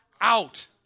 out